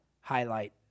highlight